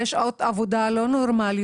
זה שעות עבודה לא נורמליות.